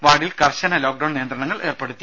വാർഡിൽ കർശനമായ lockdown നിയന്ത്രണങ്ങൾ ഏർപ്പെടുത്തി